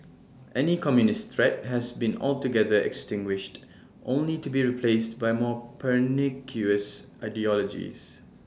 any communist threat has been altogether extinguished only to be replaced by more pernicious ideologies